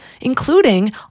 including